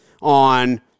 on